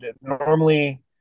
normally